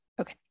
Okay